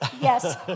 yes